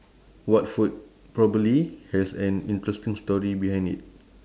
what food probably has an interesting story behind it